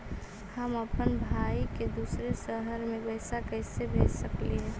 हम अप्पन भाई के दूसर शहर में पैसा कैसे भेज सकली हे?